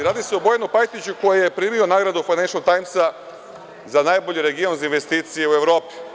Radi se o Bojanu Pajtiću, koji je primio nagradu Fajnenšl tajmsa za najbolji region za investicije u Evropi.